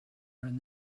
and